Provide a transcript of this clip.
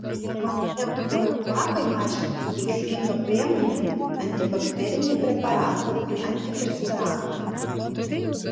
nemaloniam kojų kvapui mažinti veiksminga priemonė antibakteriniai preparatai antiperspirantai